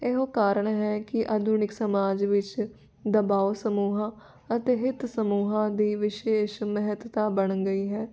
ਇਹੋ ਕਾਰਨ ਹੈ ਕਿ ਆਧੁਨਿਕ ਸਮਾਜ ਵਿੱਚ ਦਬਾਓ ਸਮੂਹਾਂ ਅਤੇ ਹਿੱਤ ਸਮੂਹਾਂ ਦੀ ਵਿਸ਼ੇਸ਼ ਮਹੱਤਤਾ ਬਣ ਗਈ ਹੈ